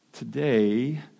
Today